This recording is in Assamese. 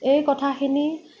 এই কথাখিনি